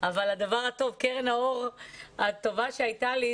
קרן האור הטובה שהייתה לי,